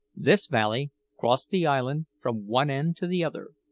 this valley crossed the island from one end to the other,